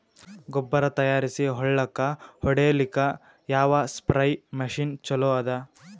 ಗೊಬ್ಬರ ತಯಾರಿಸಿ ಹೊಳ್ಳಕ ಹೊಡೇಲ್ಲಿಕ ಯಾವ ಸ್ಪ್ರಯ್ ಮಷಿನ್ ಚಲೋ ಅದ?